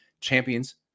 champions